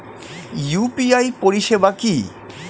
UPI পরিষেবা কি?